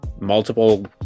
multiple